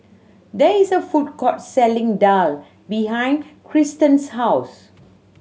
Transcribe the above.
there is a food court selling daal behind Kirsten's house